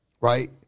right